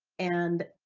and